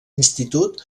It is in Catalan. institut